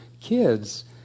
kids